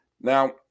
Now